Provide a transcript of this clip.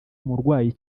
murwayi